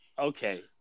okay